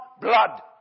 blood